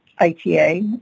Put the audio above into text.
ITA